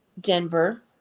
Denver